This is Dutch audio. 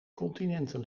continenten